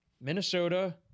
Minnesota